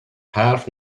half